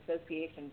association